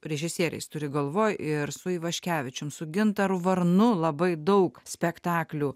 režisieriais turiu galvoj ir su ivaškevičium su gintaru varnu labai daug spektaklių